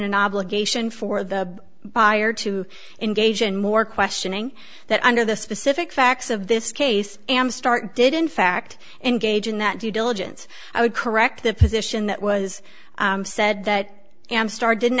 an obligation for the buyer to engage in more questioning that under the specific facts of this case and start did in fact engage in that due diligence i would correct the position that was said that am star didn't